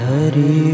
Hari